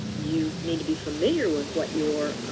you need to be familiar with what your